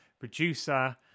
producer